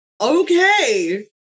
Okay